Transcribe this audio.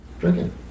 drinking